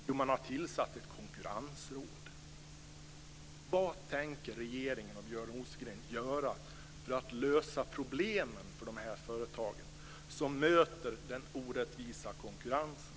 Jo, man har tillsatt ett konkurrensråd.